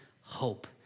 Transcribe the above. hope